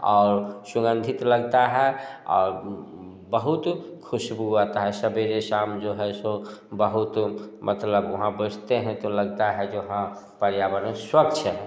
और सुगंधित लगता है और बहुत खुशबू आता है सवेरे शाम जो है सो बहुत मतलब वहाँ पहुंचते हैं तो लगता है जहाँ पर्यावरण स्वच्छ है